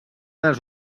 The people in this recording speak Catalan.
dels